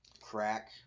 crack